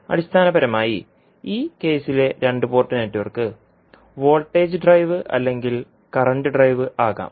അടിസ്ഥാനപരമായി ഈ കേസിലെ രണ്ട് പോർട്ട് നെറ്റ്വർക്ക് വോൾട്ടേജ് ഡ്രൈവ് അല്ലെങ്കിൽ കറന്റ് ഡ്രൈവ് ആകാം